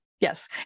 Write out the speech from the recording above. Yes